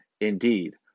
Indeed